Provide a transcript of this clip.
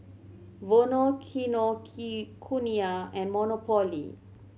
Vono Kinokuniya and Monopoly